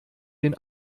den